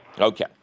Okay